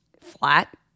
flat